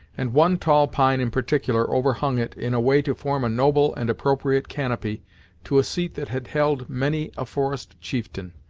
and one tall pine in particular overhung it in a way to form a noble and appropriate canopy to a seat that had held many a forest chieftain,